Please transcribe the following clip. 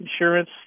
insurance